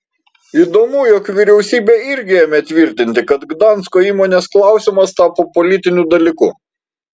įdomu jog vyriausybė irgi ėmė tvirtinti kad gdansko įmonės klausimas tapo politiniu dalyku